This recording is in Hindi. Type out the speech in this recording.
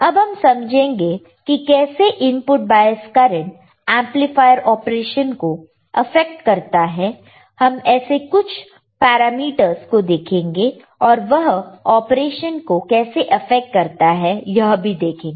अब हम समझेंगे कि कैसे input bias current amplifier operation को अफेक्ट करता है हम ऐसे कुछ पैरामीटर्स को देखेंगे और वह ऑपरेशन को कैसे अफेक्ट करता है यह भी देखेंगे